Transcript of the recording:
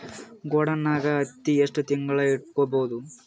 ಗೊಡಾನ ನಾಗ್ ಹತ್ತಿ ಎಷ್ಟು ತಿಂಗಳ ಇಟ್ಕೊ ಬಹುದು?